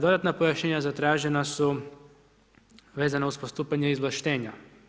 Dodatna pojašnjenja zatražena su vezana uz postupanje izvlaštenja.